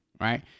Right